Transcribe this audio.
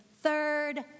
third